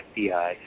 FBI